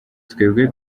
twebwe